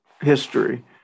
history